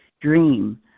dream